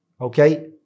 Okay